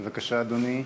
בבקשה, אדוני.